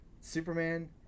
Superman